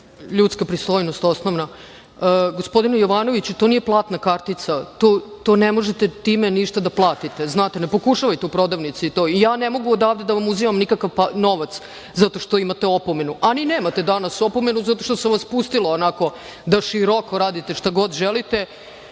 ljudska pristojnost osnovna. Gospodine Jovanoviću, to nije platna kartica, time ne možete ništa da platite. Ne pokušavajte u prodavnici to i ne mogu odavde da vam uzimam nikakav novac zato što imate opomenu, a ni nemate danas opomenu zato što sam vas pustila da široko radite šta god želite. Dobro,